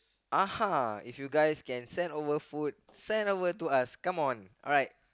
uh if you guys can send over food send over to us come on alright